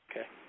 Okay